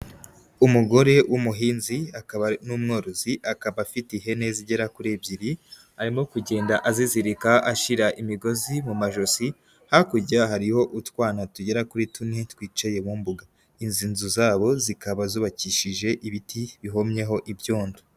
Umugore w'umuhinzi akaba n'umworozi akaba afite ihene zigera kuri ebyiri, arimo kugenda azizirika ashyira imigozi mu majosi, hakurya hariho utwana tugera kuri tune twicaye mu mbuga, izi nzu zabo zikaba zubakishije ibiti bihomyeho ibyondo.